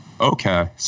Okay